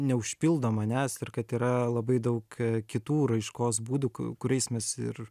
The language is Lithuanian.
neužpildo manęs ir kad yra labai daug kitų raiškos būdų ku kuriais mes ir